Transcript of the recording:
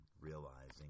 realizing